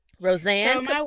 Roseanne